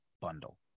bundle